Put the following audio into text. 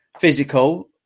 physical